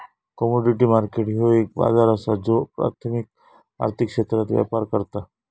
commodity market ह्यो एक बाजार असा ज्यो प्राथमिक आर्थिक क्षेत्रात व्यापार करता